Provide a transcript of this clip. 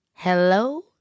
hello